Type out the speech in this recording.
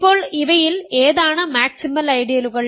ഇപ്പോൾ ഇവയിൽ ഏതാണ് മാക്സിമൽ ഐഡിയലുകൾ